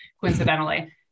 coincidentally